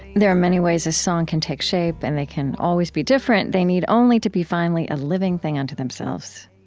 there are many ways a song can take shape, and they can always be different. they need only to be finally a living thing unto themselves.